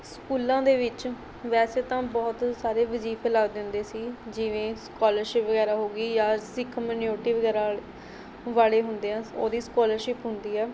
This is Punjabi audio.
ਸਕੂਲਾਂ ਦੇ ਵਿੱਚ ਵੈਸੇ ਤਾਂ ਬਹੁਤ ਸਾਰੇ ਵਜ਼ੀਫੇ ਲੱਗਦੇ ਹੁੰਦੇ ਸੀ ਜਿਵੇਂ ਸਕੋਲਰਸ਼ਿਪ ਵਗੈਰਾ ਹੋ ਗਈ ਜਾਂ ਸਿੱਖ ਮਨਿਓਰਟੀ ਵਗੈਰਾ ਅਲ ਵਾਲੇ ਹੁੰਦੇ ਹੈ ਉਹਦੀ ਸਕੋਲਰਸ਼ਿਪ ਹੁੰਦੀ ਹੈ